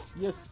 Yes